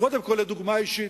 קודם כול לדוגמה אישית,